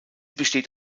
besteht